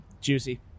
Juicy